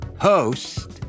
host